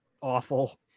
awful